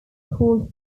called